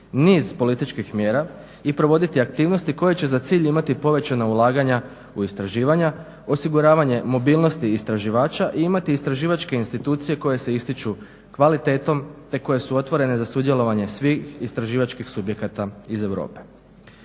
niz političkih mjera i provoditi aktivnosti koje će za cilj imati povećanja ulaganja u istraživanja, osiguravanje mobilnosti istraživača i imati istraživačke institucije koje se ističu kvalitetom te koje su otvorene za sudjelovanje svih istraživačkih subjekata iz Europe.